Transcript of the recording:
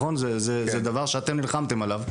זה דבר שאתם נלחמתם עליו,